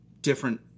different